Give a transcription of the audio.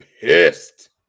pissed